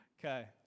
Okay